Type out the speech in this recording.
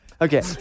Okay